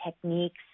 techniques